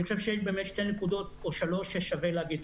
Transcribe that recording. אני חושב שיש כמה נקודות ששווה להעלות.